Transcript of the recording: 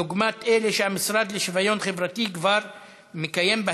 דוגמת אלו שהמשרד לשוויון חברתי כבר מקיים,